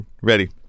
Ready